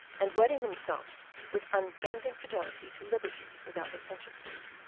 and wedding themselves with unbending fidelity to liberty without licentiousness,